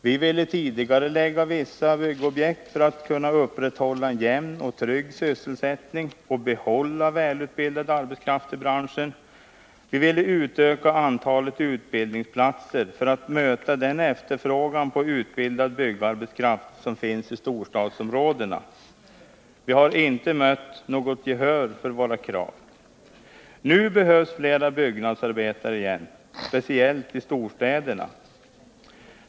Vi ville tidigarelägga vissa byggobjekt för att kunna upprätthålla en jämn och trygg sysselsättning och behålla välutbildad arbetskraft inom branschen. Vi ville utöka antalet utbildningsplatser för att möta den efterfrågan på utbildad byggarbetskraft som finns i storstadsområdena. Vi har inte mött något gehör för våra krav. Nu behövs flera byggnadsarbetare igen — speciellt i storstäderna.